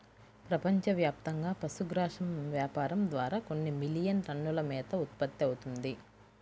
ప్రపంచవ్యాప్తంగా పశుగ్రాసం వ్యాపారం ద్వారా కొన్ని మిలియన్ టన్నుల మేత ఉత్పత్తవుతుంది